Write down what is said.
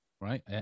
right